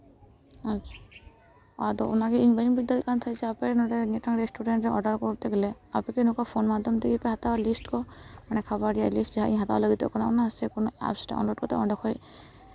ᱟᱪᱪᱷᱟ ᱟᱫᱚ ᱚᱱᱟᱜᱮ ᱤᱧ ᱵᱟᱹᱧ ᱵᱩᱡ ᱫᱟᱲᱮᱭᱟᱜ ᱠᱟᱱ ᱛᱟᱦᱮᱸ ᱠᱟᱱᱟ ᱡᱮ ᱟᱯᱮ ᱱᱚᱰᱮ ᱢᱤᱫᱴᱟᱝ ᱨᱮᱥᱴᱩᱨᱮᱱᱴ ᱨᱮ ᱚᱰᱟᱨ ᱠᱚᱨᱛᱮ ᱜᱮᱞᱮ ᱟᱯᱮ ᱫᱚ ᱱᱚᱝᱠᱟ ᱯᱷᱳᱱ ᱢᱟᱫᱽᱫᱷᱚᱢ ᱛᱮᱜᱮ ᱯᱮ ᱦᱟᱛᱟᱣᱟ ᱞᱤᱥᱴ ᱠᱚ ᱢᱟᱱᱮ ᱡᱚᱢᱟᱜ ᱨᱮᱭᱟᱜ ᱞᱤᱥᱴ ᱠᱚ ᱡᱟᱦᱟᱸ ᱤᱧᱤᱧ ᱦᱟᱛᱟᱣ ᱞᱟᱹᱜᱤᱫᱚᱜ ᱠᱟᱱᱟ ᱥᱮ ᱠᱳᱱᱳ ᱮᱯᱥ ᱰᱟᱣᱩᱱᱞᱳᱰ ᱠᱟᱛᱮ ᱚᱸᱰᱮ ᱠᱷᱚᱱ